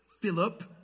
Philip